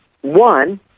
One